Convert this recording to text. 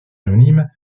anonyme